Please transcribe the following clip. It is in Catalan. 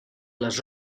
les